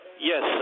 Yes